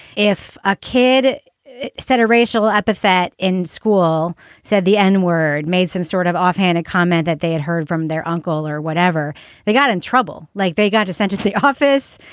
if a kid said a racial epithet in school said the n-word made some sort of offhand comment that they had heard from their uncle or whatever they got in trouble, like they got to sensuously office.